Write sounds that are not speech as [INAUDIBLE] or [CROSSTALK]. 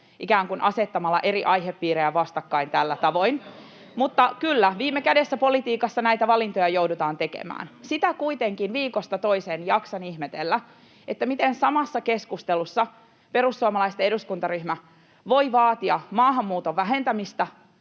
ikään kuin asettamalla eri aihepiirejä vastakkain tällä tavoin. [NOISE] Mutta kyllä viime kädessä politiikassa näitä valintoja joudutaan tekemään. Sitä kuitenkin viikosta toiseen jaksan ihmetellä, miten samassa keskustelussa perussuomalaisten eduskuntaryhmä voi vaatia maahanmuuton vähentämistä